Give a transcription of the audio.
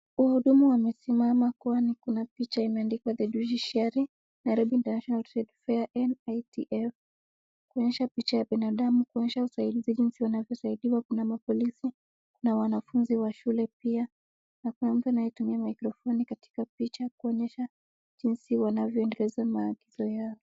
Mhudumu amesimama kwani kuna picha imeandikwa The judiciary, Nairobi International Trade Fair (NITF) kuonyesha picha ya binadamu, kuonyesha usaidizi jinsi wanavyosaidiwa, kuna mapolisi na wanafunzi wa shule pia kuna mtu anayetumia mikrofoni kwa picha kuonyesha jinsi wanavyoendeleza maagizo yao.